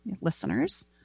listeners